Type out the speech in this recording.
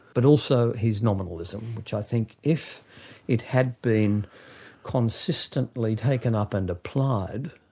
but also his nominalism, which i think if it had been consistently taken up and applied,